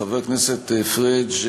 חבר הכנסת פריג',